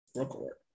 record